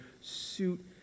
suit